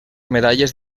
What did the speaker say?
medalles